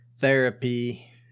therapy